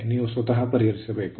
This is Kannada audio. ನೀವು ಸ್ವತಃ ಪರಿಹರಿಸಬೇಕು